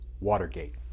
Watergate